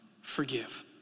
forgive